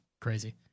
crazy